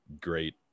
great